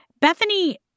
Bethany